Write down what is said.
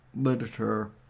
literature